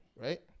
Right